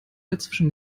dazwischen